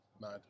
Mad